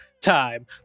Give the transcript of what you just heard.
time